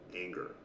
anger